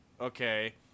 okay